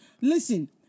Listen